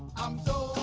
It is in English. i'm so